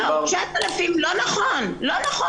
לא נכון.